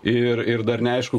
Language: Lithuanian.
ir ir dar neaišku